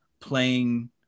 playing